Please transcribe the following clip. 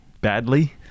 badly